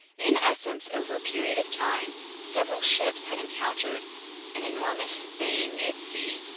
in essence, over a period of time several ships had encountered an enormous thing at sea,